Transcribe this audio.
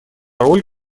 роль